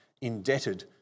indebted